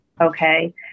okay